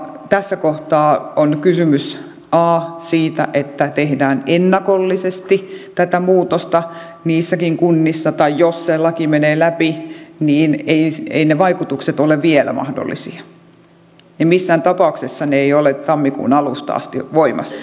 tässä kohtaa on kysymys siitä että tehdään ennakollisesti tätä muutosta kunnissa tai jos se laki menee läpi niin eivät ne vaikutukset ole vielä mahdollisia ja missään tapauksessa ne eivät ole tammikuun alusta asti voimassa